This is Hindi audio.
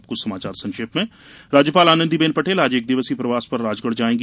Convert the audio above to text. अब कुछ समाचार संक्षेप में राज्यपाल आनंदीबेन पटेल आज एक दिवसीय प्रवास राजगढ़ जायेंगी